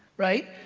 right,